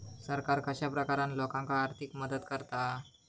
सरकार कश्या प्रकारान लोकांक आर्थिक मदत करता?